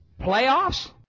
Playoffs